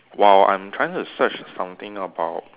while I'm trying to search something about